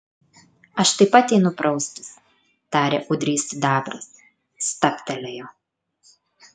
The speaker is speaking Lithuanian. aš taip pat einu praustis tarė ūdrys sidabras stabtelėjo